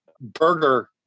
burger